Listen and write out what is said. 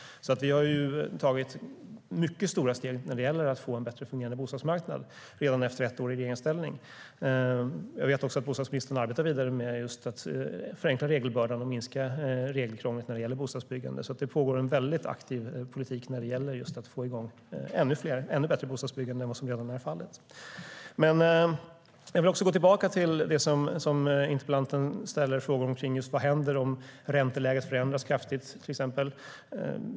Vi har tagit mycket stora steg när det gäller att få en bättre fungerande bostadsmarknad redan efter ett år i regeringsställning. Jag vet att bostadsministern arbetar vidare med att minska regelbördan och regelkrånglet när det gäller bostadsbyggande. Det pågår en väldigt aktiv politik när det gäller att få igång ett ännu bättre bostadsbyggande än vad som redan är fallet. Men jag vill gå tillbaka till det som interpellanten ställer frågor om: Vad händer om till exempel ränteläget förändras kraftigt?